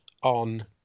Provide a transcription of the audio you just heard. on